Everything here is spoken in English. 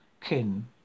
kin